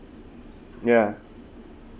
ya